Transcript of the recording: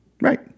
right